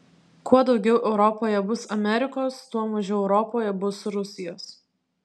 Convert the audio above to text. kuo daugiau europoje bus amerikos tuo mažiau europoje bus rusijos